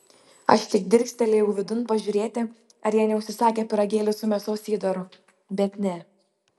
aš tik dirstelėjau vidun pažiūrėti ar jie neužsisakę pyragėlių su mėsos įdaru bet ne